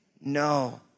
No